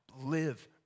Live